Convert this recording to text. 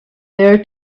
there